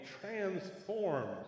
transformed